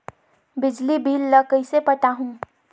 बिजली बिल ल कइसे पटाहूं?